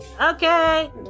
okay